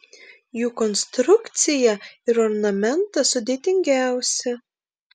jų konstrukcija ir ornamentas sudėtingiausi